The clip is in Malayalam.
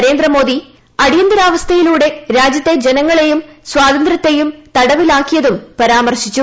നരേന്ദ്രമോദി അടിയന്തരാവസ്ഥയിലൂടെ രാജ്യത്തെ ജനങ്ങളെയും സ്വാതന്ത്രൃ്ത്തെയും തടവിലാക്കിയതും പരാമർശിച്ചു